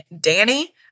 Danny